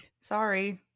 Sorry